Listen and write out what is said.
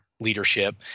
leadership